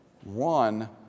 One